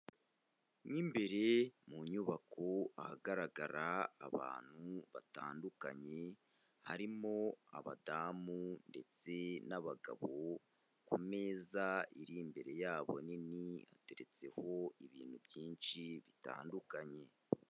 Mo imbere mu nyubako ahagaragara abantu batandukanye, harimo abadamu ndetse n'abagabo, ku meza iri imbere yabo nini hateretseho ibintu byinshi bitandukanye.